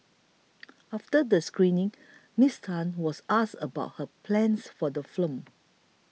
after the screening Miss Tan was asked about her plans for the film